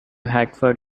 hartford